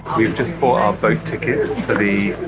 we've just bought our boat tickets for the